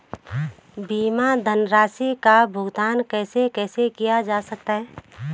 बीमा धनराशि का भुगतान कैसे कैसे किया जा सकता है?